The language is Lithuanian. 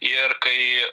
ir kai